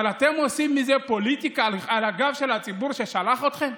אבל אתם עושים מזה פוליטיקה על הגב של הציבור ששלח אתכם?